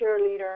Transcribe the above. cheerleader